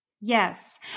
Yes